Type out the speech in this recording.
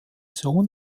sohn